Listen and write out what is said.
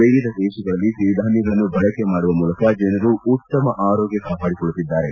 ವಿವಿಧ ದೇಶಗಳಲ್ಲಿ ಸಿರಿಧಾನ್ಥಗಳನ್ನು ಬಳಕೆ ಮಾಡುವ ಮೂಲಕ ಜನರು ಉತ್ತಮ ಆರೋಗ್ಯ ಕಾಪಾಡಿಕೊಳ್ಳುತ್ತಿದ್ದಾರೆ